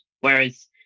Whereas